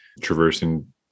traversing